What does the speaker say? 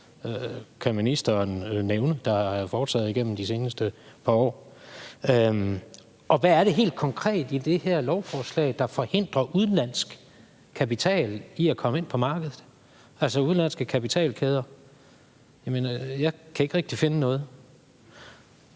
ministeren kan nævne der er foretaget igennem de seneste par år. Og hvad er det helt konkret i det her lovforslag, der forhindrer udenlandsk kapital i at komme ind på markedet, altså udenlandske kapitalkæder? Jeg mener, jeg kan ikke rigtig finde noget.